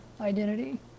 identity